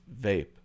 vape